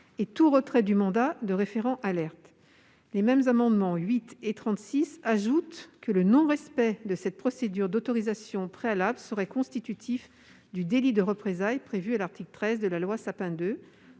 tout retrait du « mandat » de référent alerte. Dans ces mêmes amendements, il est précisé que le non-respect de cette procédure d'autorisation préalable serait constitutif du délit de représailles prévu à l'article 13 de la loi Sapin